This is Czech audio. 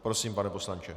Prosím, pane poslanče.